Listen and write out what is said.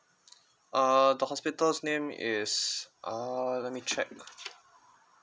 uh the hospital's name is uh let me check